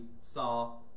saw